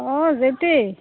অঁ জ্য়েতি